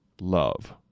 love